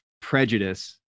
prejudice